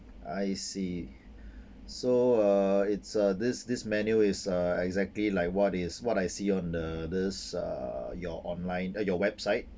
I see so uh it's uh this this menu is uh exactly like what is what I see on the this uh your online uh your website